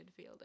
midfielder